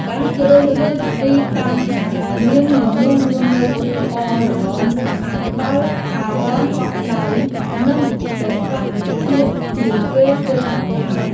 ការជ្រើសរើសទីតាំងដែលមានមនុស្សរស់នៅអ៊ូអរល្មមអាចផ្តល់អារម្មណ៍កក់ក្តៅ និងសុវត្ថិភាពជាងពេលធ្វើដំណើរ។